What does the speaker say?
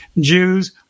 jews